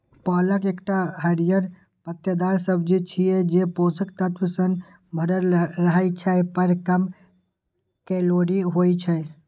पालक एकटा हरियर पत्तेदार सब्जी छियै, जे पोषक तत्व सं भरल रहै छै, पर कम कैलोरी होइ छै